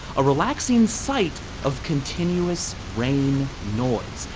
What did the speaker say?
a relaxing site of continuous rain noise.